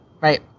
Right